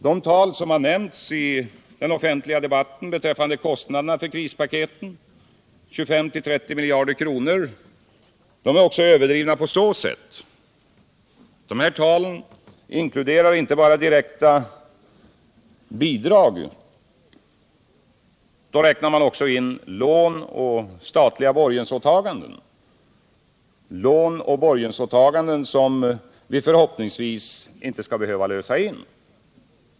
De tal som nämnts i den offentliga debatten beträffande kostnaderna för krispaketen — 25-30 miljarder kronor — är också överdrivna på så sätt att de inkluderar inte bara direkta bidrag utan också lån och statliga borgensåtaganden, som förhoppningsvis inte skall behöva lösas in.